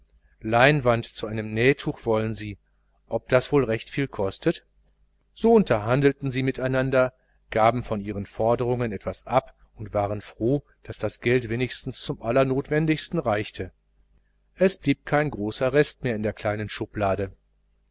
leinwand zu einem nähtuch wollen sie ob das wohl recht viel kostet so unterhandelten sie miteinander gaben von ihren forderungen etwas ab und waren froh daß das geld wenigstens zum allernotwendigsten reichte es blieb kein großer rest mehr in der kleinen schublade